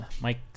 Mike